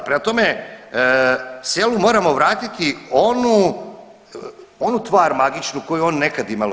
Prema tome, selu moramo vratiti onu tvar magičnu koju je ono nekad imalo.